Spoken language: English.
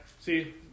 see